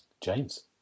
James